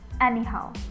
anyhow